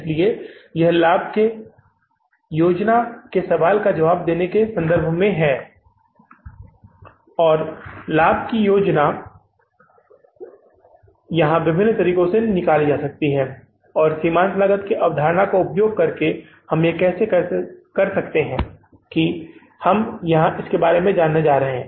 इसलिए यह लाभ की योजना के सवाल का जवाब देने के संबंध में है और लाभ योजना यहां विभिन्न तरीकों से की जा सकती है और सीमांत लागत की अवधारणा का उपयोग करके हम यह कैसे कर सकते हैं कि हम यहां इसके बारे में जानने जा रहे हैं